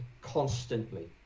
constantly